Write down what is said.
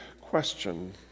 question